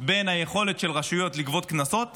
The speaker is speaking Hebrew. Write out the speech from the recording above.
בין היכולת של רשויות לגבות קנסות